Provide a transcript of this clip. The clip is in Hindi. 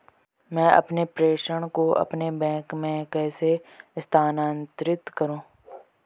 मैं अपने प्रेषण को अपने बैंक में कैसे स्थानांतरित करूँ?